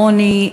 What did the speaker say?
העוני,